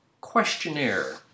Questionnaire